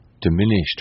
diminished